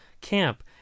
camp